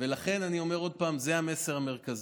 לכן אני אומר שוב: זה המסר המרכזי.